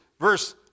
verse